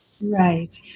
Right